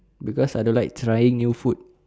because I don't like trying new food